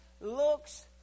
looks